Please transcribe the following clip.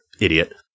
Idiot